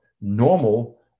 normal